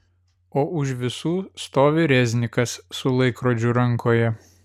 o už visų stovi reznikas su laikrodžiu rankoje